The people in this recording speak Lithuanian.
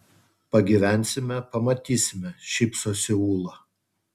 pagyvensime pamatysime šypsosi ūla